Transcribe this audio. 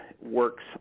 works